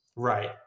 Right